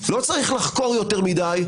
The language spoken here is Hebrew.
לא צריך לחקור יותר מדי.